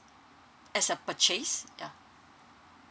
as a purchase ya